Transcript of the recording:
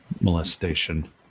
molestation